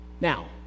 now